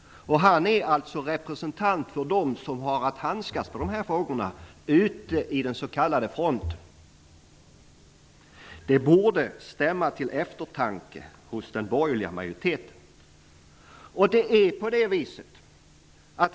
Han är representant för dem som har att handskas med dessa frågor vid den s.k. fronten. Det borde stämma till eftertanke hos den borgerliga regeringen.